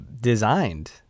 designed